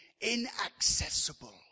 inaccessible